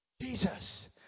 Jesus